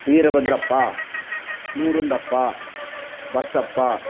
வீரபத்ரப்பா நூறுந்தப்பா பஸ்ஸப்பா